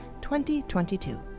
2022